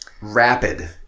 rapid